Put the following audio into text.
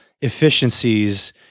efficiencies